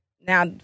Now